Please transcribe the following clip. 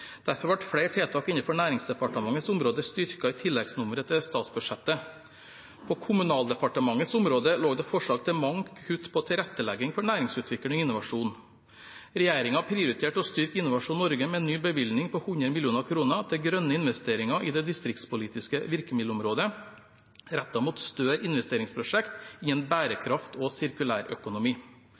Derfor ble flere tiltak innenfor Næringsdepartementets område styrket i tilleggsnummeret til statsbudsjettet. På Kommunal- og moderniseringsdepartementets område lå det forslag til mange kutt på tilrettelegging for næringsutvikling og innovasjon. Regjeringen prioriterte å styrke Innovasjon Norge med en ny bevilgning på 100 mill. kr til grønne investeringer i det distriktspolitiske virkemiddelområdet, rettet mot større investeringsprosjekt i en bærekraft- og sirkulærøkonomi.